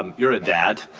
you're a dad.